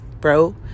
bro